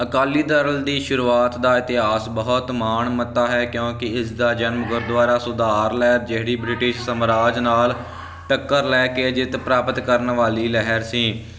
ਅਕਾਲੀ ਦਲ ਦੀ ਸ਼ੁਰੂਆਤ ਦਾ ਇਤਿਹਾਸ ਬਹੁਤ ਮਾਣ ਮੱਤਾ ਹੈ ਕਿਉਂਕਿ ਇਸ ਦਾ ਜਨਮ ਗੁਰਦੁਆਰਾ ਸੁਧਾਰ ਲਹਿਰ ਜਿਹੜੀ ਬ੍ਰਿਟਿਸ਼ ਸਮਰਾਜ ਨਾਲ ਟੱਕਰ ਲੈ ਕੇ ਜਿੱਤ ਪ੍ਰਾਪਤ ਕਰਨ ਵਾਲੀ ਲਹਿਰ ਸੀ